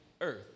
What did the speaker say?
earth